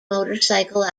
motorcycle